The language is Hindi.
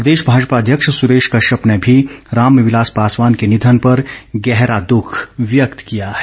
प्रदेश भाजपा अध्यक्ष सुरेश कश्यप ने भी रामविलास पासवान के निधन पर गहरा दुख व्यक्त किया है